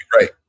right